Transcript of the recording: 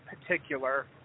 particular